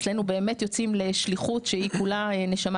אצלינו באמת יוצאים לשליחות שהיא כולה נשמה